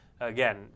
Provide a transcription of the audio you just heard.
Again